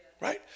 right